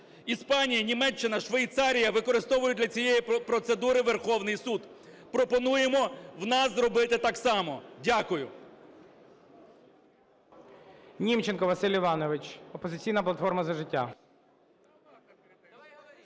Іспанія, Німеччина, Швейцарія використовують для цієї процедури Верховний Суд. Пропонуємо в нас зробити так само. Дякую.